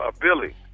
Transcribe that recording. Billy